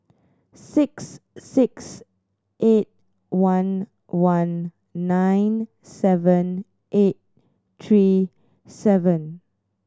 six six eight one one nine seven eight three seven